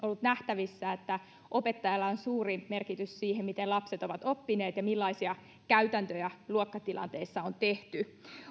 nähtävissä että opettajalla on suuri merkitys siinä miten lapset ovat oppineet ja millaisia käytäntöjä luokkatilanteissa on tehty